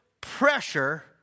pressure